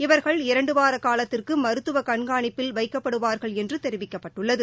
இவர்கள் இரண்டுவார காலத்திற்கு மருத்துவ கண்காணிப்பில் வைக்கப்படுவார்கள் என்று தெரிவிக்கப்பட்டுள்ளது